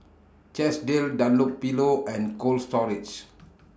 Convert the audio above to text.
Chesdale Dunlopillo and Cold Storage